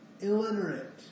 illiterate